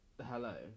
Hello